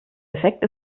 effekt